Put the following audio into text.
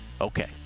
okay